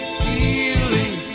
feeling